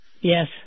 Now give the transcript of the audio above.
Yes